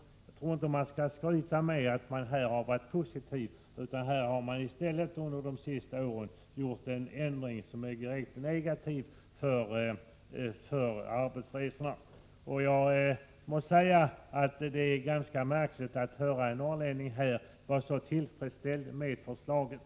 Jag tror inte att man skall skryta med att man här har varit positiv, utan här har man i stället under de senaste åren gjort en ändring som är negativ för arbetsresorna. Det är ganska märkligt att höra en norrlänning här vara så tillfredsställd med förslaget.